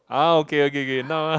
uh okay okay okay now